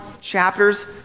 chapters